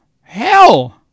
hell